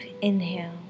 inhale